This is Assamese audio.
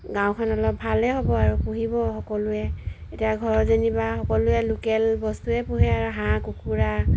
গাঁওখন অলপ ভালেই হ'ব আৰু পুহিব সকলোৱে এতিয়া ঘৰ যেনিবা সকলোৱে লোকেল বস্তুৱে পোহে আৰু হাঁহ কুকুৰা